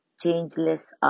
changeless